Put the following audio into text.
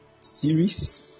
series